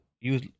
use